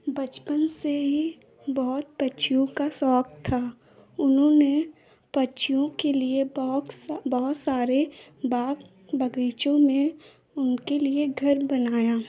बचपन से ही बहुत पक्षियों का शौक था उन्होंने पक्षियों के लिए बहुत सा बहुत सारे बाग़ बगीचों में उनके लिए घर बनाया